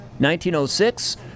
1906